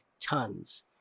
tons